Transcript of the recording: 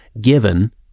given